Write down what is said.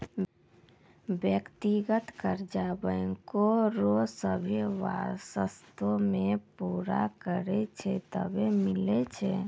व्यक्तिगत कर्जा बैंको रो सभ्भे सरतो के पूरा करै छै तबै मिलै छै